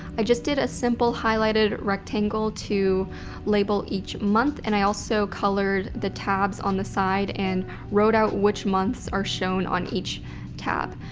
i just did a simple highlighted rectangle to label each month. and i also colored the tabs on the side and wrote out which months are shown on each tab.